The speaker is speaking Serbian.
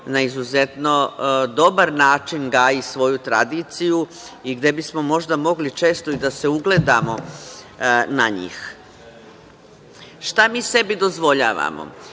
na izuzetno dobar način gaji svoju tradiciju i gde bismo možda mogli često i da se ugledamo na njih. Šta mi sebi dozvoljavamo?